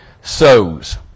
sows